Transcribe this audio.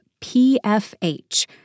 PFH